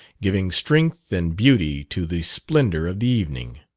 giving strength and beauty to the splendour of the evening.